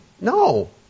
No